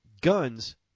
Guns